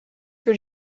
que